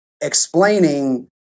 explaining